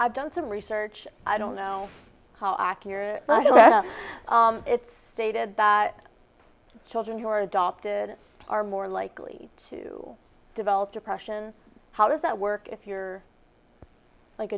i've done some research i don't know how accurate it's stated that children who are adopted are more likely to develop depression how does that work if you're like